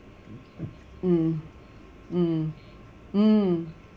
mm mm mm